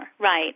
Right